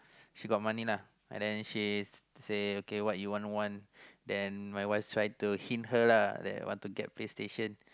she got money uh and then she say okay what you want one then my wife try to hint her lah try to get PlayStation